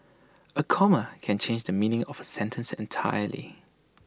A comma can change the meaning of A sentence entirely